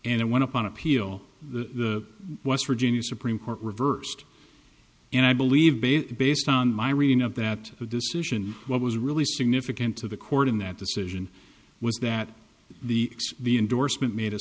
and i want to point to peel the west virginia supreme court reversed and i believe based on my reading of that decision what was really significant to the court in that decision was that the the indorsement made a